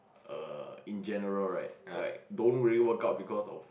err in general right like don't really work out because of